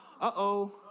Uh-oh